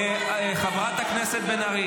חבר הכנסת קריב,